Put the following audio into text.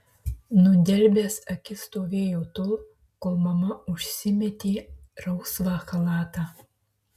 nudelbęs akis stovėjo tol kol mama užsimetė rausvą chalatą